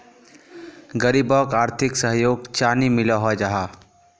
गरीबोक आर्थिक सहयोग चानी मिलोहो जाहा?